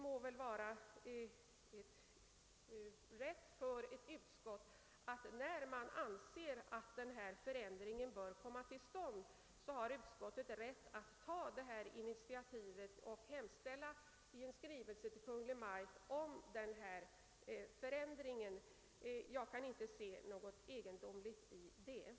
Men när man nu anser att denna förändring bör komma till stånd, har utskottet naturligtvis rätt att ta initiativ och yrka att riksdagen i skrivelse till Kungl. Maj:t hemställer om denna lagändring. Jag kan inte se något egendomligt i det.